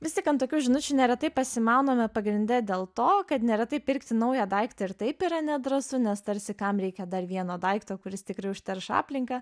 vis tik ant tokių žinučių neretai pasimauname pagrinde dėl to kad neretai pirkti naują daiktą ir taip yra nedrąsu nes tarsi kam reikia dar vieno daikto kuris tikrai užterš aplinką